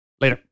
Later